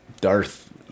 Darth